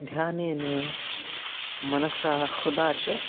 ध्यानेन मनसा हृदया च